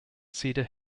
cedar